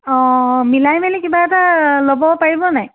অ' মিলাই মেলি কিবা এটা ল'ব পাৰিব নাই